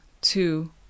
two